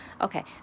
okay